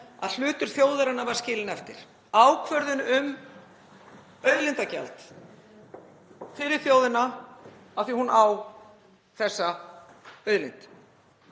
Hlutur þjóðarinnar var skilinn eftir. Ákvörðun um auðlindagjald fyrir þjóðina af því að hún á þessa auðlind.